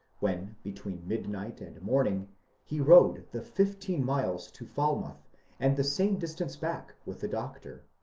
when between midnight and morn ing he rode the fifteen miles to falmouth and the same dis tance back with the doctor.